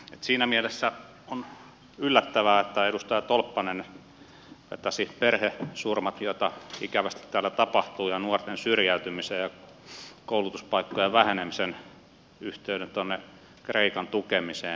siinä mielessä on yllättävää että edustaja tolppanen vetäisi perhesurmat joita ikävästi täällä tapahtuu ja nuorten syrjäytymisen ja koulutuspaikkojen vähenemisen yhteyden tuonne kreikan tukemiseen